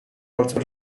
also